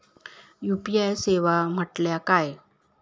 UPI सेवा म्हटल्या काय?